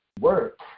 work